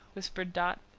whispered dot.